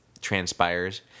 transpires